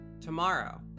tomorrow